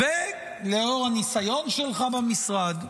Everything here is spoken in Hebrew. -- ולאור הניסיון שלך במשרד.